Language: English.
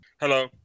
Hello